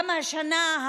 השנה,